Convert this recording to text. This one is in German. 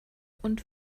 und